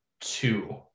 two